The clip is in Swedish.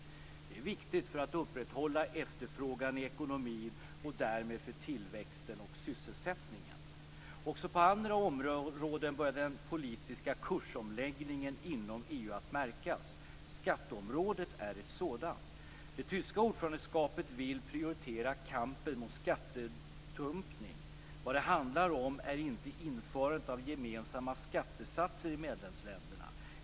Det är viktigt för att upprätthålla efterfrågan i ekonomin och därmed för tillväxten och sysselsättningen. Även på andra områden börjar den politiska kursomläggningen inom EU att märkas. Skatteområdet är ett sådant. Tyskland vill som ordförandeland prioritera kampen mot skattedumpning. Vad det handlar om är inte att införa gemensamma skattesatser i medlemsländerna.